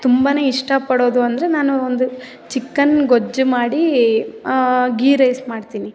ತುಂಬಾ ಇಷ್ಟಪಡೋದು ಅಂದರೆ ನಾನು ಒಂದು ಚಿಕನ್ ಗೊಜ್ಜು ಮಾಡಿ ಗೀ ರೈಸ್ ಮಾಡ್ತೀನಿ